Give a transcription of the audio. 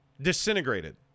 disintegrated